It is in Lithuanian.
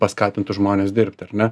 paskatintų žmones dirbti ar ne